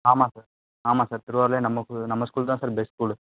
ஆமாம் சார் ஆமாம் சார் திருவாரூர்லேயே நம்ம கூ நம்ம ஸ்கூல் தான் சார் பெஸ்ட் ஸ்கூலு